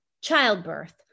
childbirth